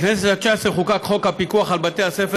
בכנסת התשע-עשרה חוקק חוק פיקוח על בתי-ספר